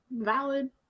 valid